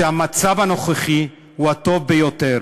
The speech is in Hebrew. שהמצב הנוכחי הוא הטוב ביותר,